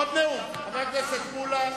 פירות וירקות.